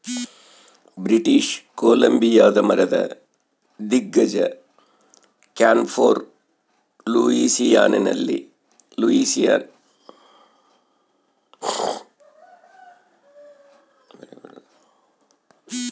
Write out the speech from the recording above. British ಕೊಲಂಬಿಯಾದ ಮರದ ದಿಗ್ಗಜ ಕ್ಯಾನ್ಫೋರ್ ಲೂಯಿಸಿಯಾನದಲ್ಲಿ ಮೊದಲ ಗರಗಸದ ಕಾರ್ಖಾನೆ ಮಾಡಿದ್ದಾರೆ